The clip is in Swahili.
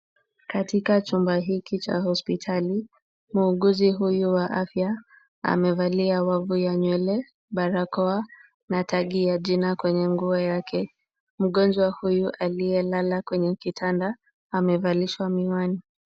Katika chumba hiki cha hospitali, muuguzi huyu wa afya amevalia wavu ya nywele, barakoa na tagi ya jina kwenye nguo yake. Mgonjwa huyu aliyelala kwenye kitanda, amevalishwa miwani.